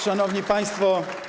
Szanowni Państwo!